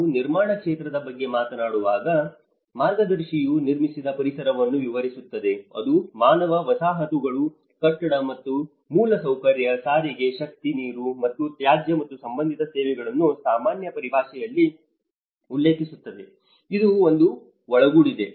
ನಾವು ನಿರ್ಮಾಣ ಕ್ಷೇತ್ರದ ಬಗ್ಗೆ ಮಾತನಾಡುವಾಗ ಮಾರ್ಗದರ್ಶಿಯು ನಿರ್ಮಿಸಿದ ಪರಿಸರವನ್ನು ವಿವರಿಸುತ್ತದೆ ಇದು ಮಾನವ ವಸಾಹತುಗಳು ಕಟ್ಟಡ ಮತ್ತು ಮೂಲ ಸೌಕರ್ಯ ಸಾರಿಗೆ ಶಕ್ತಿ ನೀರು ಮತ್ತು ತ್ಯಾಜ್ಯ ಮತ್ತು ಸಂಬಂಧಿತ ಸೇವೆಗಳನ್ನು ಸಾಮಾನ್ಯ ಪರಿಭಾಷೆಯಲ್ಲಿ ಉಲ್ಲೇಖಿಸುತ್ತದೆ ಮತ್ತು ಇದು ಒಳಗೊಂಡಿದೆ